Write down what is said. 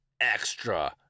extra